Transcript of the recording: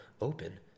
open